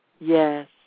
Yes